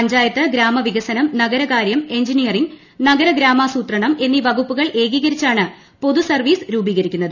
പഞ്ചായത്ത് ഗ്രാമവികസനം നഗരകാര്യം engineering നഗര ഗ്രാമാസൂത്രണം എന്നീ വകുപ്പുകൾ ഏകീകരി ച്ചാണ് പൊതുസർവ്വീസ് രൂപീകരിക്കുന്നത്